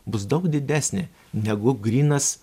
bus daug didesnė negu grynas